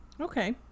Okay